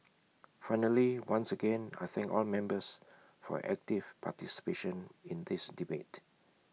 finally once again I thank all members for active participation in this debate